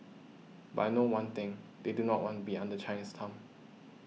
but I know one thing they do not want be under China's thumb